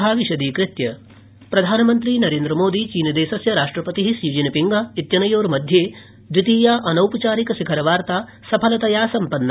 प्रधानमंत्री प्रधानमंत्री नरेन्द्रमोदी चीनदेशस्य राष्ट्रपति षी चिनपिंग इत्यनयोर्मध्ये द्वितीया अनौपचारिकशिखर वार्ता सफलतया सम्पन्ना